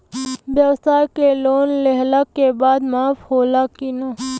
ब्यवसाय के लोन लेहला के बाद माफ़ होला की ना?